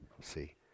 see